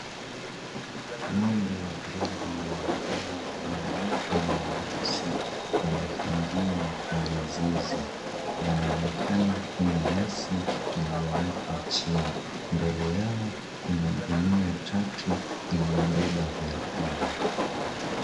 Ng'ombe wa grade , wenye rangi nyeupe na nyeusi wamefungiwa kwenye zizi, wanaonekana kula nyasi iliyowekwa chini. Mbele yao kuna gunia tatu iliyobeba vyakula.